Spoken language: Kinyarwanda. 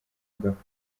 ugapfa